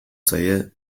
zaie